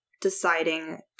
deciding